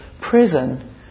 prison